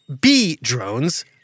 B-drones